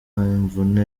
imvune